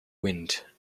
wind